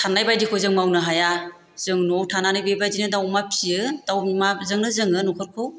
सान्नाय बायदिखौ जों मावनो हाया जों न'वाव थानानै बेबादिनो दाउ अमा फियो दाउ अमाजोंनो जोङो नखरखौ